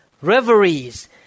reveries